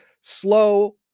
slow